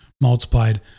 multiplied